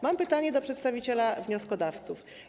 Mam pytanie do przedstawiciela wnioskodawców: